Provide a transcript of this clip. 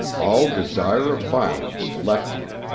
all desire of violence left me.